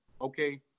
okay